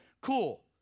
cool